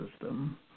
system